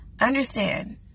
Understand